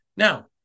Now